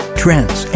trends